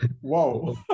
Whoa